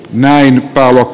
mäen päälle